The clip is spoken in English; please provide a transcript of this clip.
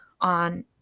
on